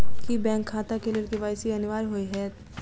की bank खाता केँ लेल के.वाई.सी अनिवार्य होइ हएत?